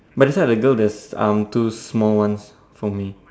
but that side the girl there's um two small ones for me